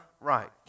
right